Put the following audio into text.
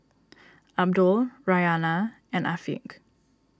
Abdul Raihana and Afiq